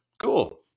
Cool